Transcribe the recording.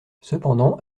cependant